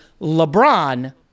LeBron